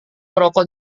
merokok